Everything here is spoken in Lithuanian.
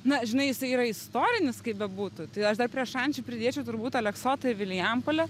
na žinai jisai yra istorinis kaip bebūtų tai aš dar prie šančių pridėčiau turbūt aleksotą i vilijampolę